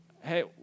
Hey